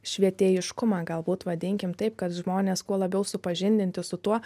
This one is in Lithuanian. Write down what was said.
švietėjiškumą galbūt vadinkim taip kad žmones kuo labiau supažindinti su tuo